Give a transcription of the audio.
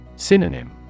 Synonym